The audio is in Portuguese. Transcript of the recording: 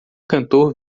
cantor